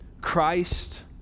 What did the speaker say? Christ